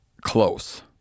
close